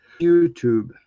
YouTube